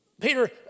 Peter